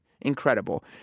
Incredible